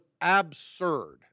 absurd